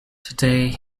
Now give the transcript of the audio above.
today